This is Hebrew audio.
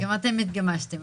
גם אתם התגמשתם.